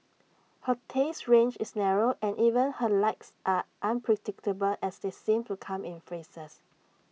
her taste range is narrow and even her likes are unpredictable as they seem to come in phases